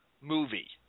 movie